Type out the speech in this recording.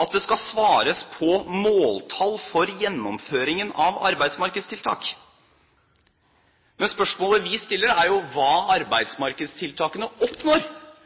at det skal svares på måltall for gjennomføringen av arbeidsmarkedstiltak. Men spørsmålet vi stiller, er jo hva arbeidsmarkedstiltakene oppnår.